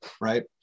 right